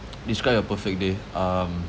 describe your perfect day um